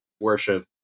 worship